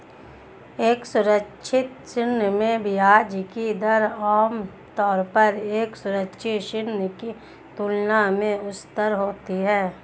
एक असुरक्षित ऋण में ब्याज की दर आमतौर पर एक सुरक्षित ऋण की तुलना में उच्चतर होती है?